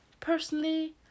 Personally